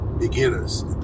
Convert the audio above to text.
beginners